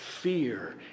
fear